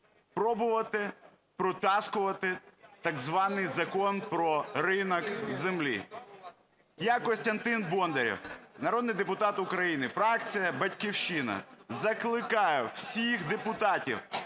пробувати протаскувати так званий Закон про ринок землі. Я, Костянтин Бондарєв, народний депутат України, фракція "Батьківщина", закликаю всіх депутатів